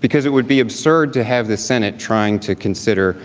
because it would be absurd to have the senate trying to consider.